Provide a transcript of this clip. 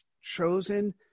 chosen